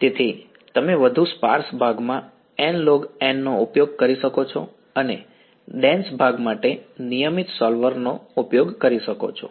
તેથી તમે વધુ સ્પાર્સ ભાગમાં nlog નો ઉપયોગ કરી શકો છો અને ડેન્સ ભાગ માટે નિયમિત સોલ્વર નો ઉપયોગ કરી શકો છો